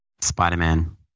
Spider-Man